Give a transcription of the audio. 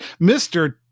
Mr